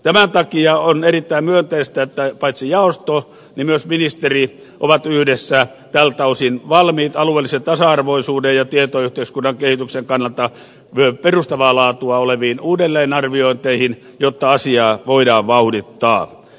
tämän takia on erittäin myönteistä että paitsi jaosto niin myös ministeri ovat yhdessä tältä osin valmiit alueellisen tasa arvoisuuden ja tietoyhteiskunnan kehityksen kannalta perustavaa laatua oleviin uudelleenarviointeihin jotta asiaa voidaan vauhdittaa